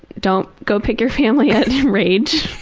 don't go pick your family rage,